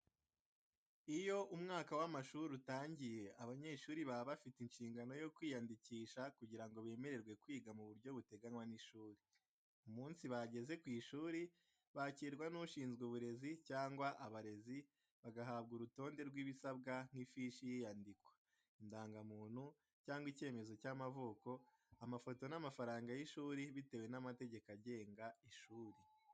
Iyo umwaka w’amashuri utangiye, abanyeshuri baba bafite inshingano yo kwiyandikisha kugira ngo bemererwe kwiga mu buryo buteganywa n’ishuri. Umunsi bageze ku ishuri, bakirwa n’abashinzwe uburezi cyangwa abarezi, bagahabwa urutonde rw’ibisabwa nk’ifishi y’iyandikwa, indangamuntu cyangwa icyemezo cy’amavuko, amafoto n’amafaranga y’ishuri bitewe n’amategeko agenga ishuri.